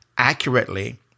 Accurately